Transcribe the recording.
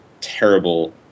terrible